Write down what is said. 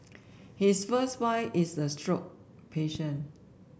his first wife is a stroke patient